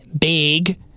big